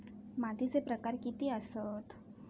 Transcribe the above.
मातीचे प्रकार किती आसत?